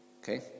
Okay